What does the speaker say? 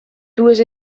dues